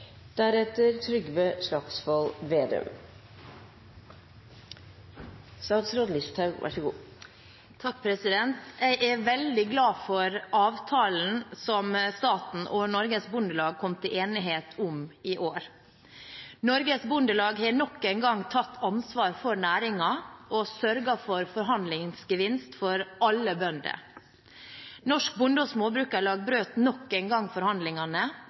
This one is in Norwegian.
Norges Bondelag kom til enighet om i år. Norges Bondelag har nok en gang tatt ansvar for næringen og sørget for forhandlingsgevinst for alle bønder. Norsk Bonde- og Småbrukarlag brøt nok en gang forhandlingene